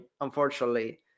unfortunately